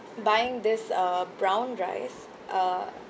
buying this uh brown rice uh